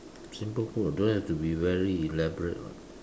simple food don't have to be very elaborate [what]